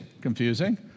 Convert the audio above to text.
confusing